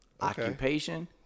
occupation